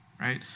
right